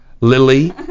Lily